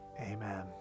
Amen